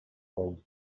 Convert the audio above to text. called